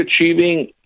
achieving